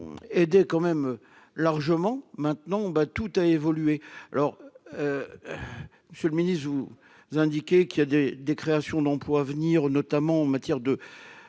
aidaient quand même largement maintenant ben tout a évolué, alors Monsieur le Ministre ou indiquer qu'il y a des des créations d'emplois à venir, notamment en matière de